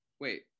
Wait